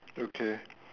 okay